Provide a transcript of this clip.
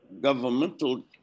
governmental